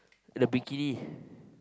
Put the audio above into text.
the bikini